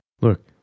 look